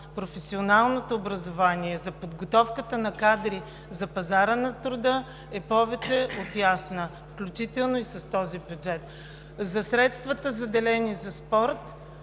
професионалното образование, за подготовката на кадри за пазара на труда е повече от ясна, включително и с този бюджет. За средствата, заделени за спорт,